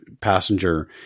passenger